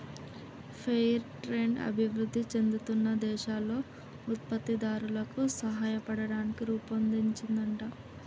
fair trade అభివృధి చెందుతున్న దేశాల్లో ఉత్పత్తి దారులకు సాయపడతానికి రుపొన్దించిందంట